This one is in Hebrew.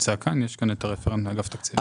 יש כאן את הרפרנט של אגף התקציבי.